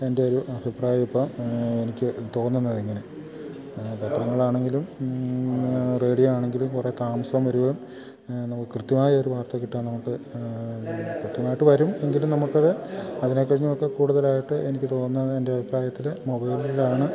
എൻ്റെ ഒരു അഭിപ്രായം ഇപ്പം എനിക്ക് തോന്നുന്നതിങ്ങനെ പത്രങ്ങളാണെങ്കിലും റേഡിയോ ആണെങ്കിലും കുറെ താമസം വരുകയും നമുക്ക് കൃത്യമായ ഒരു വാർത്ത കിട്ടാൻ നമുക്ക് കൃത്യമായിട്ട് വരും എങ്കിലും നമുക്കത് അതിനെക്കഴിഞ്ഞൊക്കെ കൂടുതലായിട്ട് എനിക്ക് തോന്നുന്നത് എൻ്റെ അഭിപ്രായത്തില് മൊബൈലിലാണ്